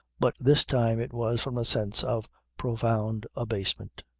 but this time it was from a sense of profound abasement.